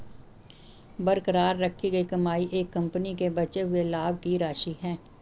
बरकरार रखी गई कमाई एक कंपनी के बचे हुए लाभ की राशि है